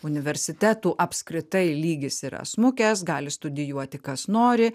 universitetų apskritai lygis yra smukęs gali studijuoti kas nori